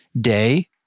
day